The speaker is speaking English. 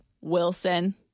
Wilson